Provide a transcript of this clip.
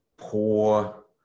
poor